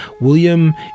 William